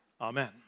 Amen